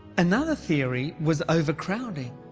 another theory was overcrowding.